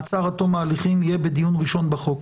מעצר עד תום ההליכים יהיה בדיון ראשון בחוק.